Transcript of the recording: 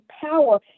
power